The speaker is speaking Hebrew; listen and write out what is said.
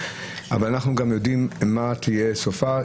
אבל אנחנו גם יודעים מה תהיה סופה,